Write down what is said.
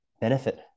benefit